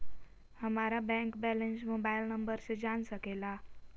हमारा bank balance mobile number से जान सके ला?